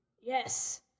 Yes